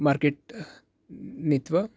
market नीत्वा